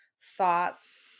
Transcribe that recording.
thoughts